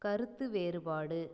கருத்து வேறுபாடு